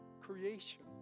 creation